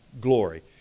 glory